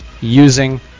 using